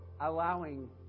allowing